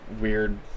weird